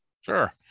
Sure